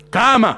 כמה?